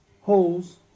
holes